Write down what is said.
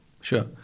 Sure